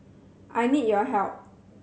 I need your help